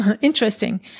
Interesting